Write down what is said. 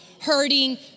hurting